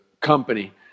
company